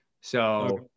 So-